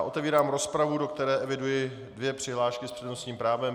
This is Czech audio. Otevírám rozpravu, do které eviduji dvě přihlášky s přednostním právem.